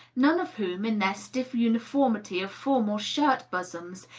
none of whom, in their stiff uniformity of formal shirt bosoms,